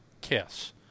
Kiss